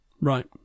Right